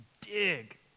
dig